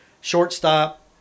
shortstop